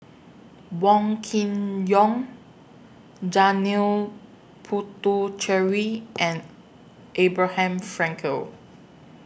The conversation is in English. Wong Kin Jong Janil Puthucheary and Abraham Frankel